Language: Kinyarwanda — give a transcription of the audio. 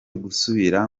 gusubira